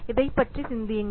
இதைப் பற்றி சிந்தியுங்கள்